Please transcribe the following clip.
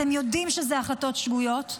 אתם יודעים שזה החלטות שגויות.